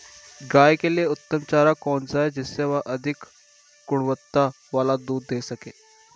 गाय के लिए उत्तम चारा कौन सा है जिससे वह अधिक गुणवत्ता वाला दूध दें सके?